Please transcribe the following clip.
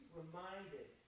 reminded